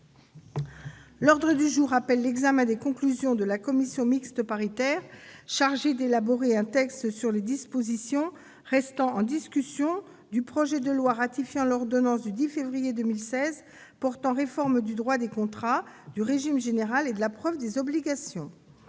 L'ordre du jour appelle l'examen des conclusions de la commission mixte paritaire chargée d'élaborer un texte sur les dispositions restant en discussion du projet de loi ratifiant l'ordonnance n° 2016-131 du 10 février 2016 portant réforme du droit des contrats, du régime général et de la preuve des obligations